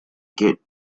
get